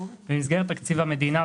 במסגרת תקציב המדינה,